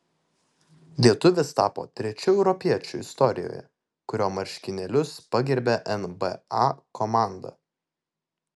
lietuvis tapo trečiu europiečiu istorijoje kurio marškinėlius pagerbė nba komanda